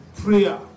prayer